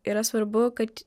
yra svarbu kad